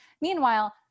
Meanwhile